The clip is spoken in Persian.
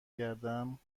گردم